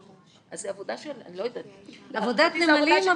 אז זו עבודה של אני לא יודעת --- עבודת נמלים,